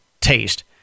taste